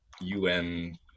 UN